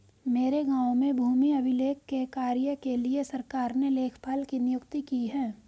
मेरे गांव में भूमि अभिलेख के कार्य के लिए सरकार ने लेखपाल की नियुक्ति की है